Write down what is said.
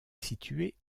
situé